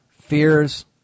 Fears